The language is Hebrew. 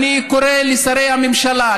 אני קורא לשרי הממשלה,